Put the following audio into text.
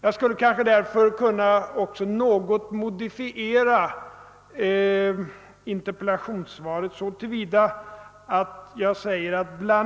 Jag skulle därför kanske också något kunna modifiera interpellationssvaret så till vida att jag säger att »bl.a.»